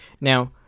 Now